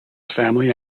family